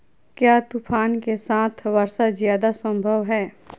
क्या तूफ़ान के साथ वर्षा जायदा संभव है?